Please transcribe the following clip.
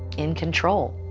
in control.